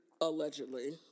allegedly